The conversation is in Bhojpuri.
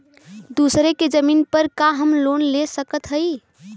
दूसरे के जमीन पर का हम लोन ले सकत हई?